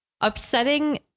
upsetting